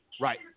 Right